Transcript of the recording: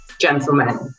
gentlemen